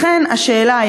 לכן השאלה,